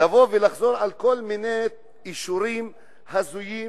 לבוא ולחזור עם כל מיני אישורים הזויים